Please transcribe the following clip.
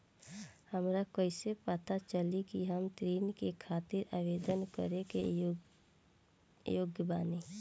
हमरा कइसे पता चली कि हम ऋण के खातिर आवेदन करे के योग्य बानी?